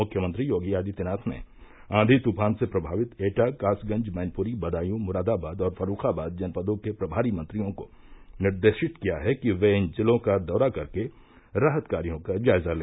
मुख्यमंत्री योगी आदित्यनाथ ने आँधी तूफान से प्रमावित एटा कासगंज मैनपुरी बदायू मुरादाबाद और फर्रूखाबाद जनपदों के प्रमारी मंत्रियों को निर्देशित किया है कि वे इन ज़िलों का दौरा कर के राहत कार्यो का जायज़ा ले